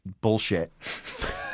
bullshit